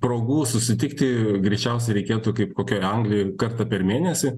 progų susitikti greičiausiai reikėtų kaip kokioj anglijoj kartą per mėnesį